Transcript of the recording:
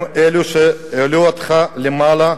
הם אלו שהעלו אותך למעלה,